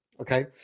Okay